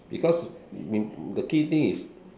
because the key thing is